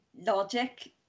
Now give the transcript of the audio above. logic